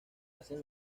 hacen